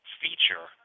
feature